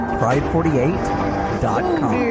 pride48.com